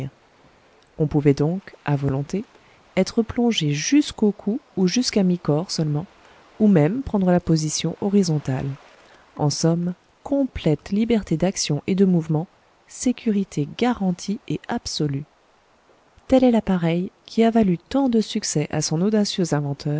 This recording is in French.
on pouvait donc à volonté être plongé jusqu'au cou ou jusqu'à micorps seulement ou même prendre la position horizontale en somme complète liberté d'action et de mouvements sécurité garantie et absolue tel est l'appareil qui a valu tant de succès à son audacieux